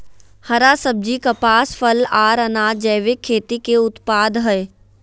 हरा सब्जी, कपास, फल, आर अनाज़ जैविक खेती के उत्पाद हय